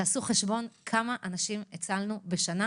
תעשו חשבון כמה אנשים הצלנו בשנה,